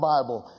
Bible